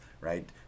right